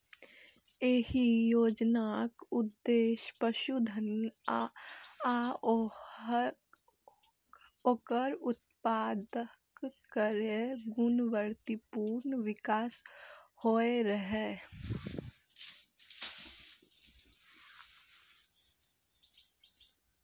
एहि योजनाक उद्देश्य पशुधन आ ओकर उत्पाद केर गुणवत्तापूर्ण विकास सेहो रहै